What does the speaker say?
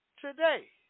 today